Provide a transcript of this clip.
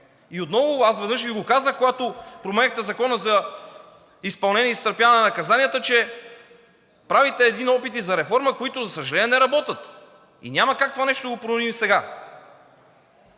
законопроект. Аз веднъж Ви го казах, когато променяхте Закона за изпълнение и изтърпяване на наказанията, че правите едни опити за реформа, които, за съжаление, не работят и няма как това нещо да го променим сега.